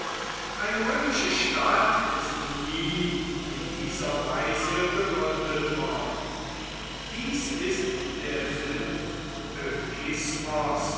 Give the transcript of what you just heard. eine römische stadt ist nie in dieser weise gegründet worden dies ist der